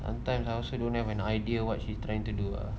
some times I also don't have an idea what she trying to do lah